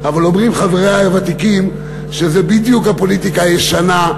אבל אומרים חברי הוותיקים שזה בדיוק הפוליטיקה הישנה,